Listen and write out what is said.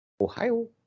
Ohio